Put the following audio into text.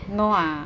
no ah